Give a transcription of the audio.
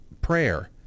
prayer